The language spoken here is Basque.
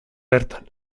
bertan